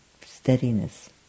steadiness